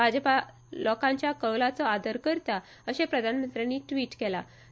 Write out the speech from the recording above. भाजपा लोकांच्या कौलाचो आदर करता अशेंय प्रधानमंत्र्यानी ट्विटराचेर म्हळा